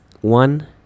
one